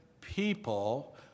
people